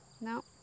No